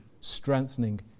strengthening